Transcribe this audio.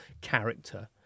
character